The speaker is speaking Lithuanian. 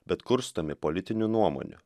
bet kurstomi politinių nuomonių